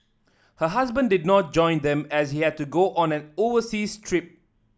her husband did not join them as he had to go on an overseas trip